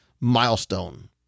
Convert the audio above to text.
Milestone